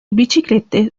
biciclette